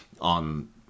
on